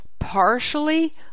partially